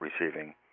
receiving